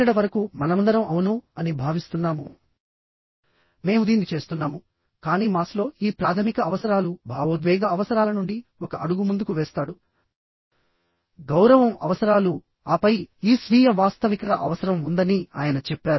ఇక్కడ వరకు మనమందరం అవును అని భావిస్తున్నాము మేము దీన్ని చేస్తున్నాము కానీ మాస్లో ఈ ప్రాథమిక అవసరాలు భావోద్వేగ అవసరాల నుండి ఒక అడుగు ముందుకు వేస్తాడు గౌరవం అవసరాలు ఆపై ఈ స్వీయ వాస్తవికత అవసరం ఉందని ఆయన చెప్పారు